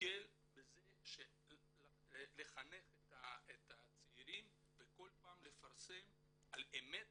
דוגל בלחנך את הצעירים וכל פעם לפרסם את האמת